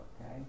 okay